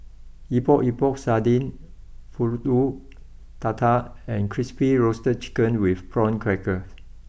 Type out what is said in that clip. Epok Epok Sardin Pulut Tatal and Crispy Roasted Chicken with Prawn Crackers